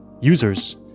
users